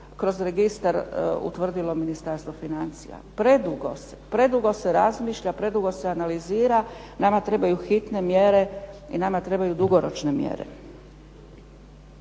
kroz registar utvrdilo Ministarstvo financija. Predugo se razmišlja, predugo se analizira, nama trebaju hitne i dugoročne mjere.